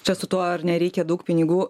čia su tuo ar nereikia daug pinigų